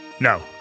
No